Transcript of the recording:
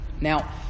Now